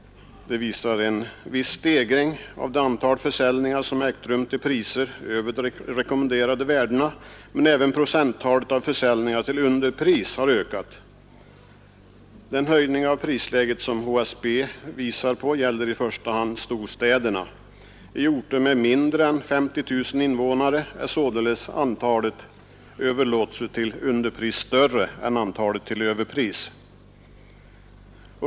Den visar en viss stegring av det antal försäljningar som ägt rum till priser över de rekommenderade värdena. Men även procenttalet för försäljningar till underpris har ökat. Den höjning av prisläget som HSB visar på gäller i första hand storstäderna. På orter med mindre än 50 000 invånare är således antalet överlåtelser till underpris större än antalet överlåtelser till överpris.